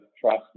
trust